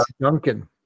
Duncan